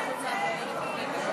נתקבל.